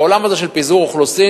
בעולם הזה, של פיזור אוכלוסין,